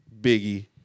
Biggie